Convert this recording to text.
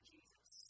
Jesus